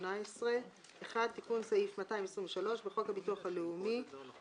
התשע"ט 2018 תיקון סעיף 223 1. בחוק הביטוח הלאומי ,